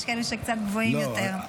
יש כאלה שקצת גבוהים יותר.